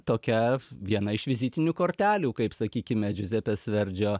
tokia viena iš vizitinių kortelių kaip sakykime džiuzepės verdžio